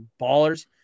ballers